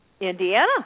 Indiana